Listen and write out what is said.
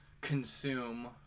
consume